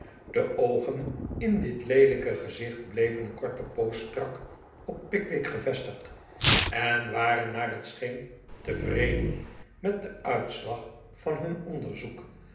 de oogen in dit leelijke gezicht bleven een korte poos strak op pickwick gevestigd en waren naar het scheen tevreden met den uitslag van hun onderzoek